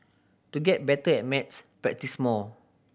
to get better at maths practise more